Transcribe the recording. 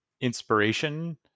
inspiration